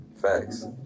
Facts